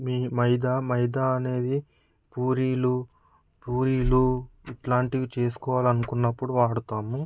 మీ మైదా మైదా అనేది పూరీలు పూరీలు ఇలాంటివి చేసుకోవాలని అకున్నప్పుడు వాడుతాము